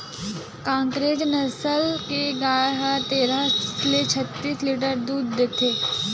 कांकरेज नसल के गाय ह तेरह ले छत्तीस लीटर तक दूद देथे